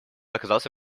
оказался